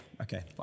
okay